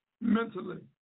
mentally